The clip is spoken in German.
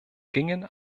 gingen